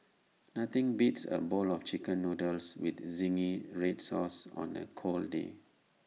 nothing beats A bowl of Chicken Noodles with Zingy Red Sauce on A cold day